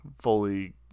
fully